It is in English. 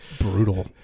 brutal